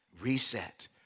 Reset